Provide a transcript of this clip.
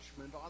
on